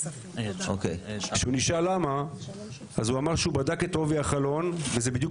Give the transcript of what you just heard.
אז הוא אמר שהוא בדק את עובי החלון וזה בדיוק